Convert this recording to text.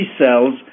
cells